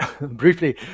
briefly